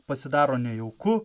pasidaro nejauku